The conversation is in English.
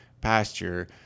pasture